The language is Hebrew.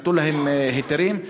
נתנו להם היתרים.